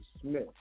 Smith